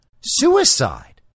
suicide